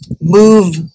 move